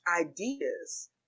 ideas